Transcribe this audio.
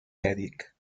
mèdic